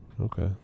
Okay